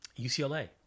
UCLA